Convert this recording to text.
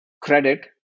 credit